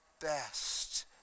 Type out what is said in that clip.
best